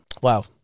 Wow